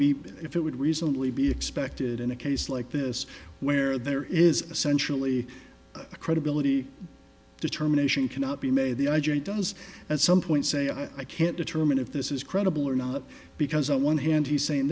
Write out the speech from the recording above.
be if it would reasonably be expected in a case like this where there is essentially a credibility determination cannot be made the agent does at some point say i can't determine if this is credible or not because i one hand he's saying